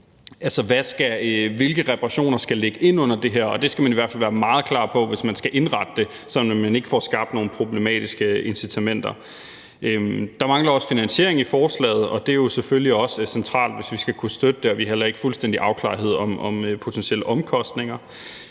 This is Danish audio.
hvilke reparationer der skal ligge ind under det her, og det skal man i hvert fald være meget klar på, hvis man skal indrette det sådan, at man ikke får skabt nogle problematiske incitamenter. Der mangler også finansiering i forslaget, og det er jo selvfølgelig også centralt, hvis vi skal kunne støtte det, og vi er heller ikke fuldstændig afklaret om potentielle omkostninger.